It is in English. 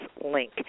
link